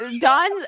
don